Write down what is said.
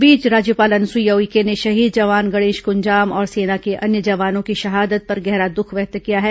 इस बीच राज्यपाल अनुसुईया उइके ने शहीद जवान गणेश कंजाम और सेना के अन्य जवानों की शहादत पर गहरा दुख व्यक्त किया है